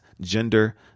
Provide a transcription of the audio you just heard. gender